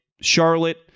Charlotte